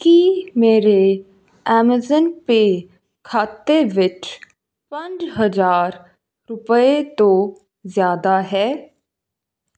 ਕੀ ਮੇਰੇ Amazon Pay ਖਾਤੇ ਵਿੱਚ ਪੰਜ ਹਜ਼ਾਰ ਰੁਪਏ ਤੋਂ ਜ਼ਿਆਦਾ ਹੈ